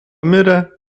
mirė